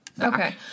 Okay